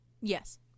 Yes